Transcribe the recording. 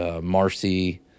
Marcy